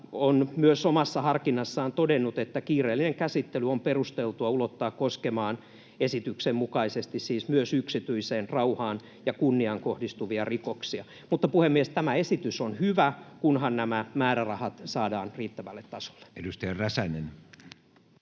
on myös omassa harkinnassaan todennut, että kiireellinen käsittely on perusteltua ulottaa koskemaan esityksen mukaisesti siis myös yksityisyyteen, rauhaan ja kunniaan kohdistuvia rikoksia. Mutta, puhemies, tämä esitys on hyvä, kunhan nämä määrärahat saadaan riittävälle tasolle. [Speech